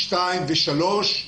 שתיים ושלוש,